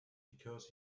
because